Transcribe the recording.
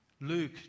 Luke